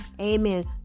Amen